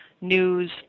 news